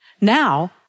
Now